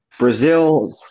Brazil